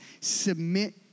submit